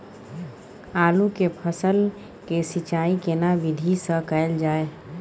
आलू के फसल के सिंचाई केना विधी स कैल जाए?